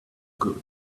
good